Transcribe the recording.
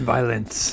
Violence